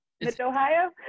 Mid-Ohio